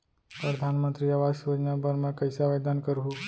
परधानमंतरी आवास योजना बर मैं कइसे आवेदन करहूँ?